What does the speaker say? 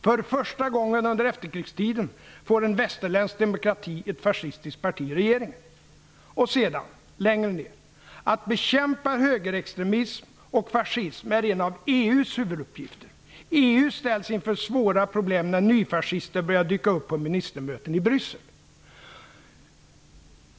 För första gången under efterkrigstiden får en västerländsk demokrati ett fascistiskt parti i regeringen. -- Att bekämpa högerextremism och fascism är en av EU:s huvuduppgifter. EU ställs inför svåra problem när nyfascister börjar dyka upp på ministermöten i Bryssel.''